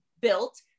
built